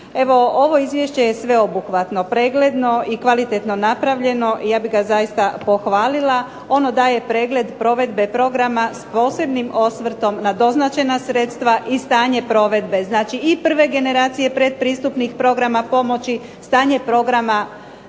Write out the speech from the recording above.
ovo izvješće je sveobuhvatno, pregledno i kvalitetno napravljeno i ja bih ga zaista pohvalila. Ono daje pregled provedbe programa s posebnim osvrtom na doznačena sredstva i stanje provedbe, znači i prve generacije pretpristupnih programa pomoći, stanje programa